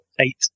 eight